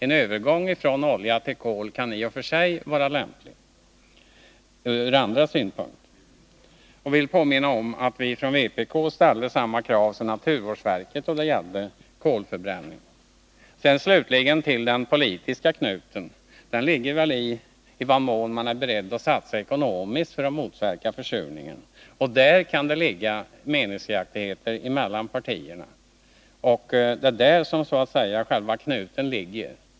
En övergång från olja till kol kan i och för sig vara lämplig ur andra synpunkter. Jag vill påminna om att vpk har framställt samma krav som naturvårdsverket då det gäller kolförbränning. Slutligen till den politiska knuten. Den gäller väl i vad mån man är beredd att satsa ekonomiskt för att motverka försurningen, och där kan det finnas meningsskiljaktigheter mellan partierna. Det är där som själva knuten finns.